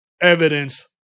evidence